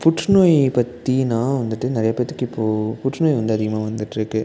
புற்றுநோய் பற்றின்னா வந்துவிட்டு நிறைய பேர்த்துக்கு இப்போது புற்றுநோய் வந்து அதிகமாக வந்துட்டுருக்கு